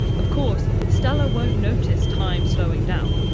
of course, stella won't notice time slowing down.